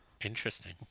Interesting